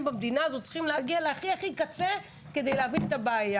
צריכים להגיע לקצה כדי להבין את הבעיה,